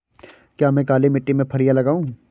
क्या मैं काली मिट्टी में फलियां लगाऊँ?